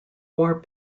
war